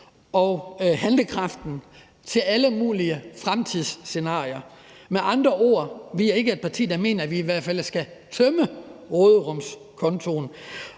og handlekraften til alle mulige fremtidsscenarier. Med andre ord er vi i hvert fald ikke et parti, der mener, at vi skal tømme råderumskontoen.